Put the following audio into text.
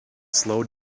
slowed